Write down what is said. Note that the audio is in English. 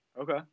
Okay